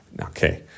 Okay